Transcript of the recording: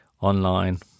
online